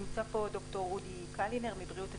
נמצא פה ד"ר אודי קלינר מבריאות הציבור.